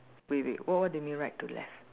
wait wait what what do you mean right to left